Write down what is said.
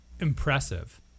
impressive